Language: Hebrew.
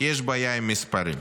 יש בעיה עם מספרים.